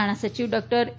નાણા સચિવ ડોક્ટર એ